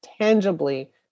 tangibly